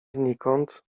znikąd